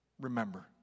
Remember